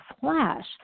flash